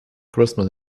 christmas